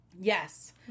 Yes